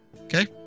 Okay